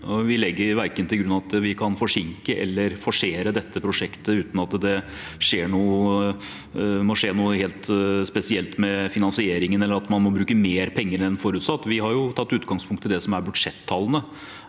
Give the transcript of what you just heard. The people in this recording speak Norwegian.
Vi legger til grunn at vi verken kan forsinke eller forsere dette prosjektet uten at det skjer noe helt spesielt med finansieringen, eller at man må bruke mer penger enn forutsatt. Vi har tatt utgangspunkt i det som er budsjettallene,